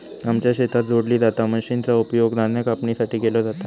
आमच्या शेतात जोडली जाता मशीनचा उपयोग धान्य कापणीसाठी केलो जाता